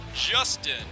Justin